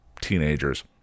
teenagers